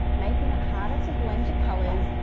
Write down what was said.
making it harder to blend your colors,